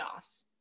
playoffs